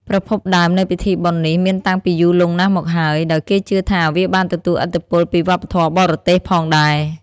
ប្រភពដើមនៃពិធីបុណ្យនេះមានតាំងពីយូរលង់ណាស់មកហើយ ដោយគេជឿថាវាបានទទួលឥទ្ធិពលពីវប្បធម៌បរទេសផងដែរ។